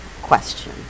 question